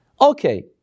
Okay